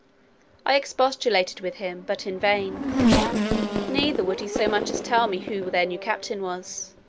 i expostulated with him, but in vain neither would he so much as tell me who their new captain was.